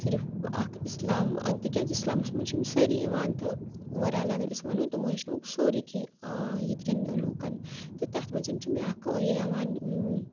صرف اَکھ اِسلام تِکیٛازِ اِسلامَس منٛز چھِ یِم سٲری یِوان تہٕ اوٚوَر آل اَگر أسۍ وَنو تِمو ہیٚچھنووُکھ سورُے کینٛہہ ییٚتِکٮ۪ن لُکَن تہٕ تَتھ منٛزَن چھُ مےٚ اَکھ یہِ یِوان